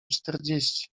czterdzieści